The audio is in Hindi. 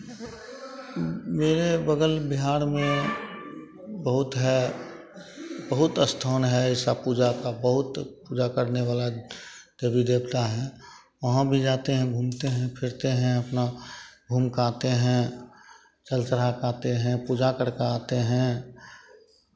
मेरे बगल बिहार में बहुत है बहुत स्थान है ऐसा पूजा का बहुत पूजा करने वाला देवी देवता हैं वहाँ भी जाते हैं घूमते हैं फिरते हैं अपना घूम का आते हैं जल चढ़ा के आते हैं पूजा करके आते हैं